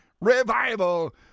revival